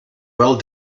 well